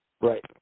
Right